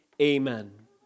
amen